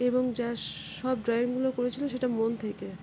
এবং যা সব ড্রয়িংগুলো করেছিল সেটা মন থেকে